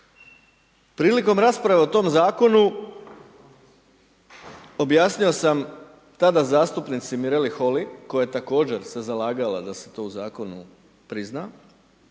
Prilikom rasprave o tom Zakonu, objasnio sam tada zastupnici Mireli Holly, koja je također se zalagala da se to u Zakonu prizna,